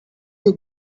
you